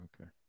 okay